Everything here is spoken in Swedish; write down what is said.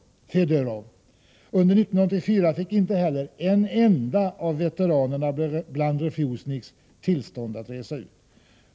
Under 1984 fick inte heller en enda av veteranerna bland refusniks tillstånd att resa ut.